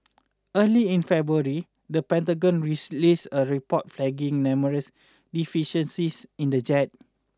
early in February the Pentagon a report flagging numerous deficiencies in the jet